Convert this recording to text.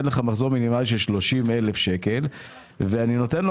אין לך מחזור מינימלי של 30 אלף שקלים אבל אני נותן לו